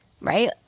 right